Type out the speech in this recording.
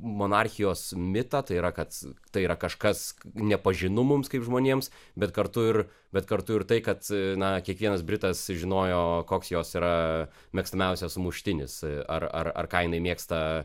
monarchijos mitą tai yra kad tai yra kažkas nepažinu mums kaip žmonėms bet kartu ir bet kartu ir tai kad na kiekvienas britas žinojo koks jos yra mėgstamiausias sumuštinis ar ar ar ką jinai mėgsta